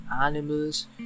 animals